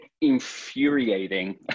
infuriating